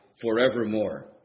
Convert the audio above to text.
forevermore